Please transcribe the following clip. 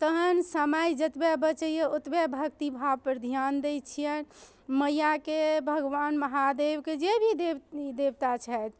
तहन समय जतबा बचैये ओतबा भक्ति भावपर ध्यान दै छियनि मैयाके भगवान महादेवके जे भी देवता छथि